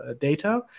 data